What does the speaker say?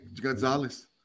Gonzalez